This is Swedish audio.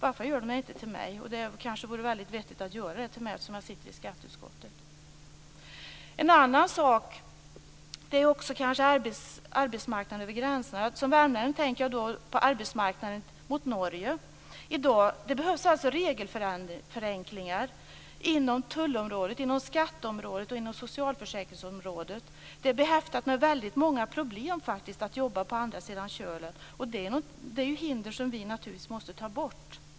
I varje fall säger man det inte till mig, trots att jag sitter i skatteutskottet. En annan fråga är arbetsmarknaden över gränserna. Som värmlänning tänker jag då på den norska arbetsmarknaden. Det behövs regelförenklingar inom tull-, skatte och socialförsäkringsområdena. Det är faktiskt förenat med väldigt många problem att jobba på andra sidan Kölen, och det är naturligtvis hinder som vi måste ta bort.